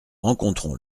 rencontrons